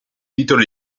titolo